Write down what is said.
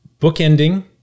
bookending